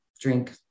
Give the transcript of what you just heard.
drink